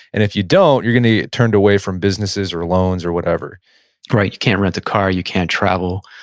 and if you don't, you're going to get turned away from businesses or loans or whatever right, you can't rent a car, you can't travel.